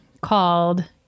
called